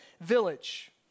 village